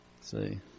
See